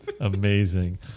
amazing